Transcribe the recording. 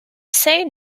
say